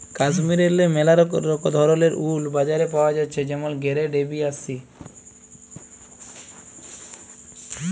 কাশ্মীরেল্লে ম্যালা ধরলের উল বাজারে পাওয়া জ্যাছে যেমল গেরেড এ, বি আর সি